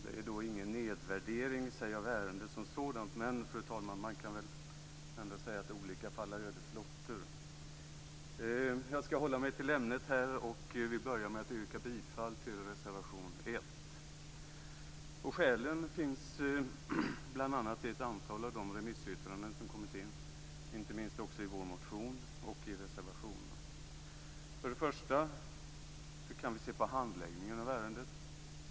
Det är ingen nedvärdering av ärendet som sådant men, fru talman, man kan väl ändå säga att olika falla ödets lotter. Jag skall dock hålla mig till ämnet och börjar då med att yrka bifall till reservation 1. Skälen finns bl.a. i ett antal av de remissyttranden som har kommit in och, inte minst, i vår motion och i reservationen. Först och främst kan vi se på handläggningen av ärendet.